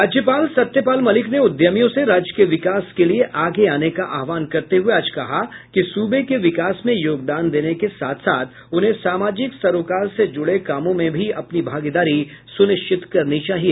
राज्यपाल सत्यपाल मलिक ने उद्यमियों से राज्य के विकास में आगे आने का आहवान करते हुए आज कहा कि सूबे के विकास में योगदान देने के साथ साथ उन्हें सामाजिक सरोकार से जुड़े कामों में भी अपनी भागीदारी सुनिश्चित करनी चाहिए